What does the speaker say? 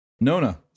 Nona